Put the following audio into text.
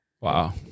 Wow